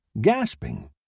gasping